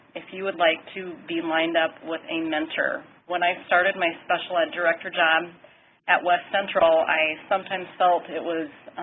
if you would like to be lined up with a mentor. when i started my special ed director job at west central i sometimes felt it was